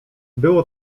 było